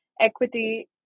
equity